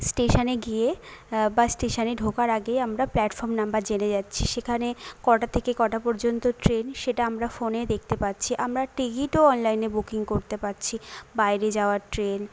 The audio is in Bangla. স্টেশানে গিয়ে বা স্টেশানে ঢোকার আগেই আমরা প্ল্যাটফর্ম নাম্বার জেনে যাচ্ছি সেখানে কটা থেকে কটা পর্যন্ত ট্রেন সেটা আমরা ফোনে দেখতে পাচ্ছি আমরা টিকিটও অনলাইনে বুকিং করতে পারছি বাইরে যাওয়ার ট্রেন